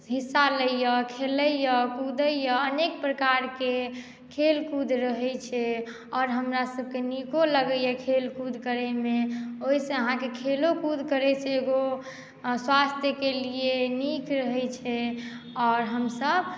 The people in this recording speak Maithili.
हिस्सा लैए खेलैए कुदैए अनेक प्रकारके खेलकूद रहैत छै आओर हमरासभके नीको लगैए खेलकूद करयमे ओहिसँ अहाँके खेलोकूद करयसँ एगो स्वास्थ्यकेँ लिए नीक होइत छै आओर हमसभ